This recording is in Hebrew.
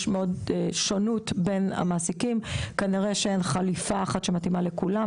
יש שונות בין המעסיקים כנראה שאין חליפה אחת שמתאימה לכולם,